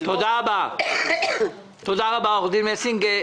תודה רבה עו"ד מסינג.